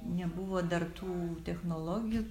nebuvo dar tų technologijų